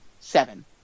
seven